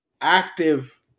active